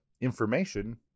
information